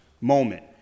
moment